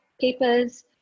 papers